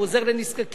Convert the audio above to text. הוא עוזר לנזקקים,